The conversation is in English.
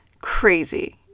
Crazy